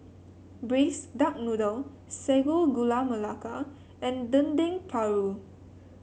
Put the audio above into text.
Braised Duck Noodle Sago Gula Melaka and Dendeng Paru